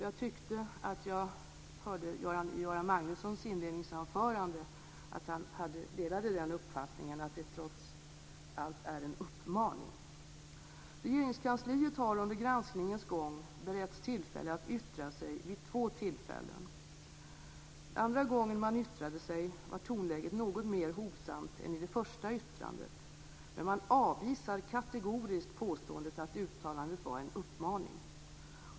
Jag tyckte att jag i Göran Magnussons inledningsanförande hörde att han delade uppfattningen att det trots allt är en uppmaning. Regeringskansliet har under granskningens gång beretts tillfälle att yttra sig vid två tillfällen. Andra gången man yttrade sig var tonläget något mer hovsamt än i det första yttrandet, men man avvisar kategoriskt påståendet att uttalandet var en uppmaning.